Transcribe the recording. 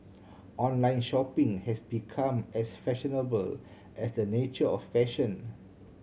online shopping has become as fashionable as the nature of fashion